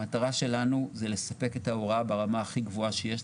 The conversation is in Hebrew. המטרה שלנו זה לספק את ההוראה ברמה הכי גבוהה שיש,